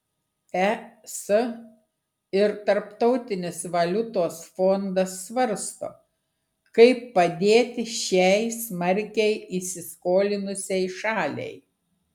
es ir tarptautinis valiutos fondas svarsto kaip padėti šiai smarkiai įsiskolinusiai šaliai